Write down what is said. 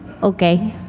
okay.